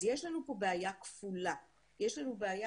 אז יש לנו פה בעיה כפולה יש לנו בעיה